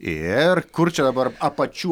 ir kur čia dabar apačių